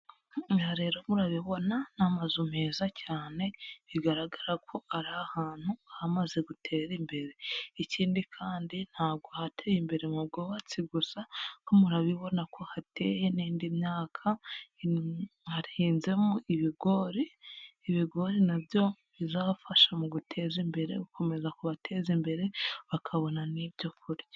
Aha rero murabibona ni amazu meza cyane, bigaragara ko ari ahantu hamaze gutera imbere, ikindi kandi ntabwo hateye imbere mu bwubatsi gusa, ariko murabibona ko hateye n'indi myaka hahinzemo ibigori, ibigori na byo bizabafasha mu guteza imbere, gukomeza kubateza imbere bakabo n'ibyo kurya.